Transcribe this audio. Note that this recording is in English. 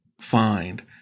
find